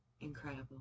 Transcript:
incredible